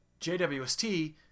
JWST